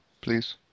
please